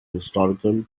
historical